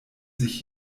sich